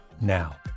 now